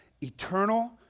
eternal